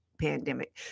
pandemic